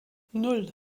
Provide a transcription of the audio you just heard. nan